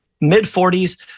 mid-40s